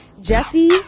Jesse